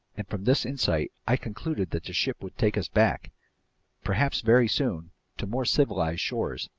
and from this insight i concluded that the ship would take us back perhaps very soon to more civilized shores.